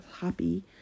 happy